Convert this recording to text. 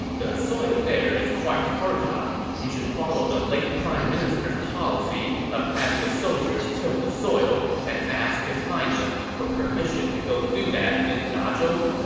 the soil there is quite fertile. you should follow the late prime minister's policy of having the soldiers till the soil and ask his highness for permission to go do that in dazhong.